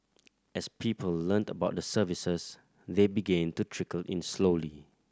as people learnt about the services they began to trickle in slowly